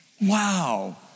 Wow